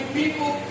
people